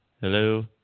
Hello